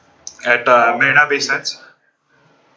at uh marina bay sands